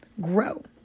grow